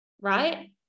right